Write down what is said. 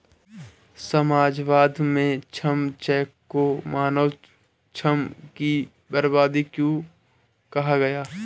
समाजवाद में श्रम चेक को मानव श्रम की बर्बादी क्यों कहा गया?